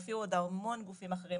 הופיעו עוד המון גופים אחרים.